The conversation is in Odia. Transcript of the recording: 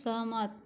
ସହମତ